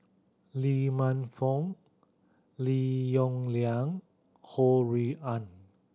Lee Man Fong Lim Yong Liang Ho Rui An